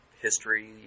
history